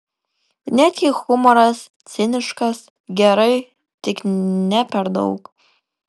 net jei humoras ciniškas gerai tik ne per daug